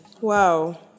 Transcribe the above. Wow